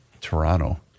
Toronto